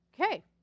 Okay